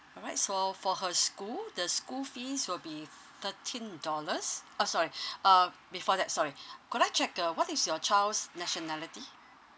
all right so for her school the school fees will be th~ thirteen dollars uh sorry uh before that sorry could I check uh what is your child's nationality